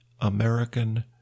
American